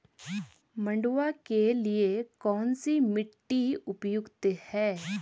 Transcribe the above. मंडुवा के लिए कौन सी मिट्टी उपयुक्त है?